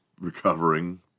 recovering